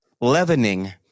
Leavening